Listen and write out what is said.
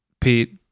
Pete